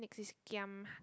next is giam